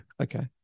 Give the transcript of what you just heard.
Okay